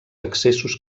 accessos